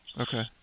Okay